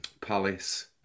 Palace